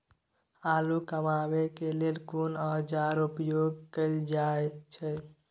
आलू कमाबै के लेल कोन औाजार उपयोग कैल जाय छै?